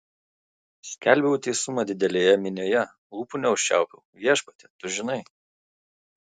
skelbiau teisumą didelėje minioje lūpų neužčiaupiau viešpatie tu žinai